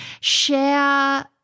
share